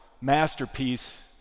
masterpiece